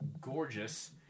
gorgeous